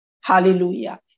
Hallelujah